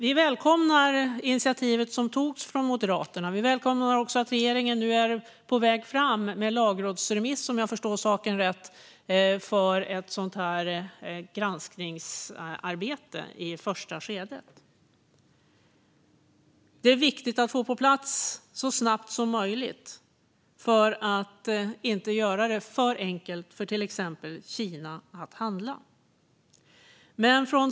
Vi välkomnar initiativet som Moderaterna har tagit, och vi välkomnar också att regeringen är på väg fram med en lagrådsremiss, om jag förstår saken rätt, för ett granskningsarbete i första skedet. Det är viktigt att få förslaget på plats så snabbt som möjligt för att inte göra det för enkelt för till exempel Kina att handla.